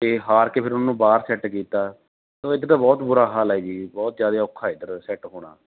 ਅਤੇ ਹਾਰ ਕੇ ਫਿਰ ਉਹਨਾਂ ਨੂੰ ਬਾਹਰ ਸੈੱਟ ਕੀਤਾ ਇੱਥੇ ਤਾਂ ਬਹੁਤ ਬੁਰਾ ਹਾਲ ਹੈ ਜੀ ਬਹੁਤ ਜ਼ਿਆਦਾ ਔਖਾ ਇੱਧਰ ਸੈਟ ਹੋਣਾ